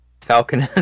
Falcon